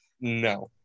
No